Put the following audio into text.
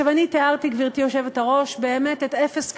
אני תיארתי, גברתי היושבת-ראש, באמת את אפס קצהו,